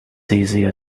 easier